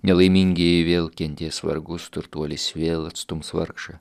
nelaimingieji vėl kentės vargus turtuolis vėl atstums vargšą